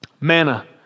Manna